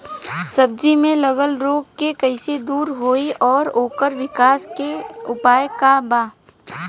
सब्जी में लगल रोग के कइसे दूर होयी और ओकरे विकास के उपाय का बा?